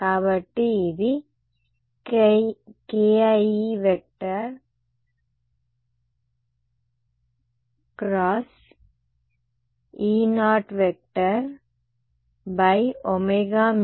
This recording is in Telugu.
కాబట్టి ఇది kie × E01ejki